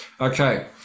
Okay